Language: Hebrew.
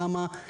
למה?